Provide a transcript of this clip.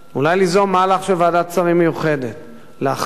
אולי ליזום מהלך של ועדת שרים מיוחדת להכרעה